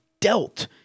dealt